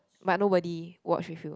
but nobody watch with you